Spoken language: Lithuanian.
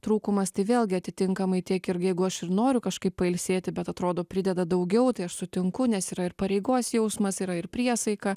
trūkumas tai vėlgi atitinkamai tiek ir jeigu aš ir noriu kažkaip pailsėti bet atrodo prideda daugiau tai aš sutinku nes yra ir pareigos jausmas yra ir priesaika